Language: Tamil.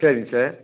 சரிங்க சார்